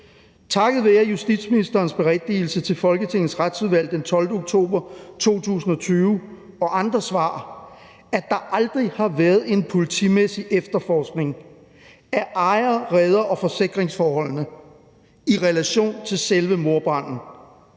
takket været justitsministerens berigtigelse til Folketingets Retsudvalg den 12. oktober 2020 og fra andre svar, at der aldrig har været en politimæssig efterforskning af ejer-, reder- og forsikringsforholdene i relation til selve mordbranden,